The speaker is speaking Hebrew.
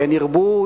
כן ירבו,